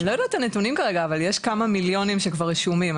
אני לא יודעת את הנתונים אבל יש כמה מיליונים שכבר רשומים.